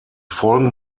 folgen